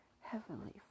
Heavenly